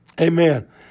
Amen